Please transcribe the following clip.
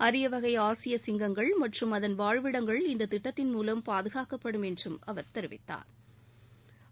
அரிய வகை ஆசிய சிங்கங்கள் மற்றும் அதன் வாழ்விடங்கள் இந்த திட்டத்தின் மூலம் பாதுகாக்கப்படும் என்றும் அவர் தெரிவித்தாா்